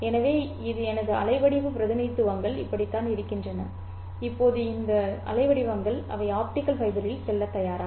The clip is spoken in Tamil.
எனவே எனது அலைவடிவ பிரதிநிதித்துவங்கள் இப்படித்தான் இருக்கின்றன இப்போது இந்த அலைவடிவங்கள் அவை ஆப்டிகல் ஃபைபரில் செல்லத் தயாரா